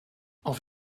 auf